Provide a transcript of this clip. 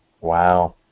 Wow